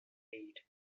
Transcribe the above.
read